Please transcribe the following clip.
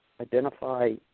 identify